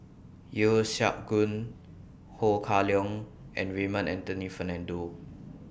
Yeo Siak Goon Ho Kah Leong and Raymond Anthony Fernando